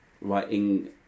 writing